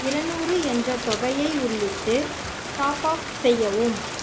இருநூறு என்ற தொகையை உள்ளிட்டு டாப்அப் செய்யவும்